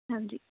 ਹਾਂਜੀ